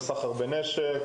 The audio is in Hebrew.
על סחר בנשק,